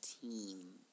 team